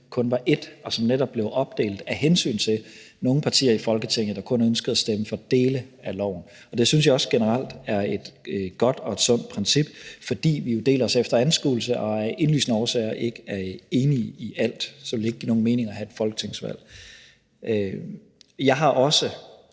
kun var et, og som netop blev opdelt af hensyn til nogle partier i Folketinget, der kun ønskede at stemme for dele af loven. Det synes jeg også generelt er et godt og et sundt princip, fordi vi jo deler os efter anskuelse og af indlysende årsager ikke er enige om alt. Så ville det ikke give nogen mening at have et folketingsvalg. Jeg har også